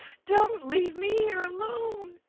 don't leave me here alone!